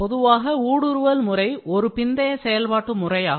பொதுவாக ஊடுருவல் முறை ஒரு பிந்தைய செயல்பாட்டு முறையாகும்